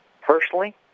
personally